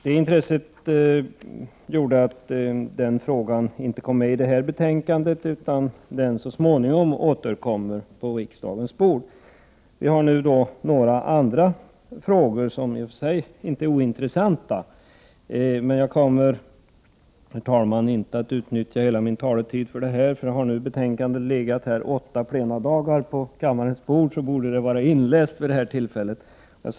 Det intresset 125 gjorde att den frågan inte kom med bland dem som tas upp i det här betänkandet; den återkommer så småningom på riksdagens bord. Vi behandlar nu några andra frågor, som i och för sig inte är ointressanta, men jag kommer, herr talman, inte att utnyttja hela min taletid för det här — har betänkandet legat på kammarens bord nu i åtta plenidagar borde det vid det här laget vara inläst.